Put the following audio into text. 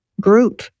group